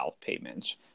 payments